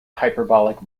hyperbolic